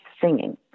singing